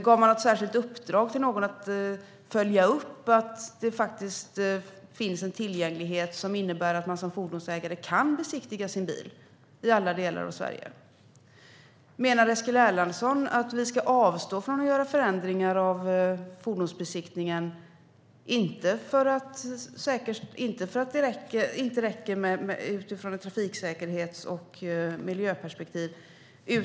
Gav man ett särskilt uppdrag åt någon att följa upp att det finns tillgänglighet, så att man som fordonsägare kan besiktiga sin bil i alla delar av landet? Menar Eskil Erlandsson att vi ska avstå från att göra förändringar av fordonsbesiktningen för att säkerställa tillgängligheten snarare än utifrån ett trafiksäkerhets och miljöperspektiv?